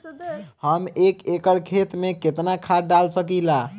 हम एक एकड़ खेत में केतना खाद डाल सकिला?